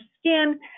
skin